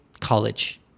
college